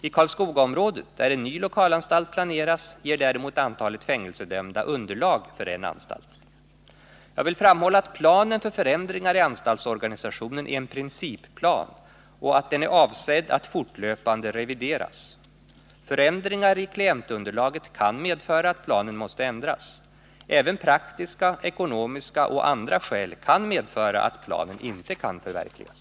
I Karlskogaområdet, där en ny lokalanstalt planeras, ger däremot antalet fängelsedömda underlag för en anstalt. Jag vill framhålla att planen för förändringar i anstaltsorganisationen är en principplan och att den är avsedd att fortlöpande revideras. Förändringar i klientunderlaget kan medföra att planen måste ändras. Även praktiska, ekonomiska och andra skäl kan medföra att planen inte kan förverkligas.